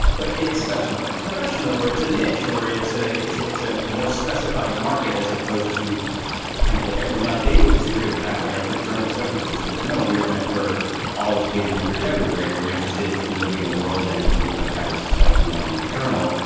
but it's a sessional professional where it's a niche or it's it's it's a a more specified market as opposed to potentially everyone. now, they would disagree with that. right. i'm sure the journal especially would disagree. they know we're meant for all educated readers everywhere. you're interested in living in the world. and we live in a capital society. you want to read the journal?